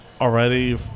already